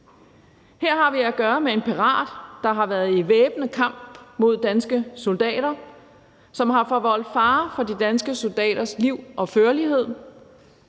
Her har vi at gøre med en pirat, der har været i væbnet kamp mod danske soldater, og som har forvoldt fare for de danske soldaters liv og førlighed.